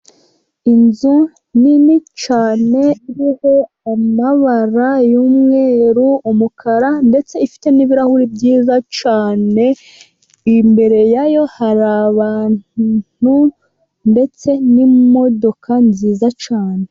Inzu nini cyane iriho amabara y'umweru, umukara, ndetse ifite n'ibirahuri byiza cyane, imbere yayo hari abantu ndetse n'imodoka nziza cyane.